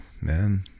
man